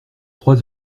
trois